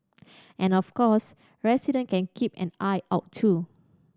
and of course resident can keep an eye out too